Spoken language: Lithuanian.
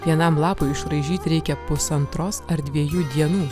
vienam lapui išraižyt reikia pusantros ar dviejų dienų